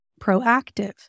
proactive